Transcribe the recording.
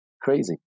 Crazy